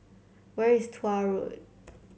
where is Tuah Road